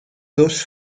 dos